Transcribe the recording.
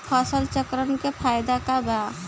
फसल चक्रण के फायदा का बा?